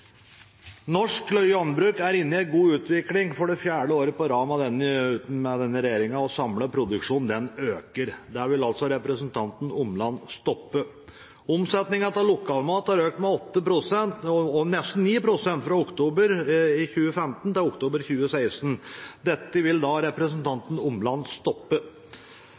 norsk landbruk. Norsk landbruk er inne i en god utvikling for fjerde år på rad med denne regjeringen, og samlet produksjon øker. Det vil altså representanten Omland stoppe. Omsetningen av lokalmat har økt med 8 pst., nesten 9 pst., fra oktober i 2015 til oktober 2016. Dette vil representanten Omland stoppe.